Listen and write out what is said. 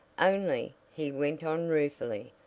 only, he went on ruefully,